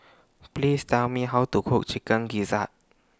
Please Tell Me How to Cook Chicken Gizzard